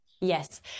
yes